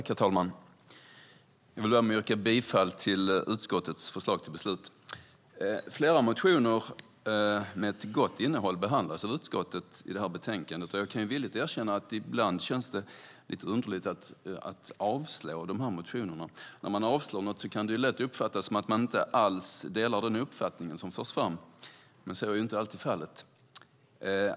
Herr talman! Jag vill börja med att yrka bifall till utskottets förslag till beslut. Flera motioner med ett gott innehåll behandlas av utskottet i detta betänkande. Och jag kan villigt erkänna att det ibland känns lite underligt att avslå dessa motioner. När man avslår något kan det ju lätt uppfattas som att man inte alls delar den uppfattning som förs fram. Men så är inte alltid fallet.